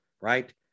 right